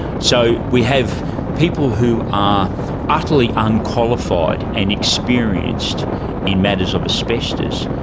so we have people who are utterly unqualified and experienced in matters of asbestos,